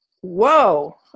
whoa